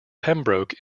pembroke